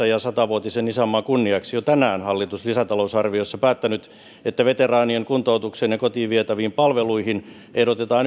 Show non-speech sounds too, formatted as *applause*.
*unintelligible* ja sata vuotisen isänmaan kunniaksi jo tänään hallitus lisätalousarviossa on päättänyt että veteraanien kuntoutukseen ja kotiin vietäviin palveluihin ehdotetaan